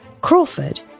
Crawford